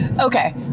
okay